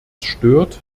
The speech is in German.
stört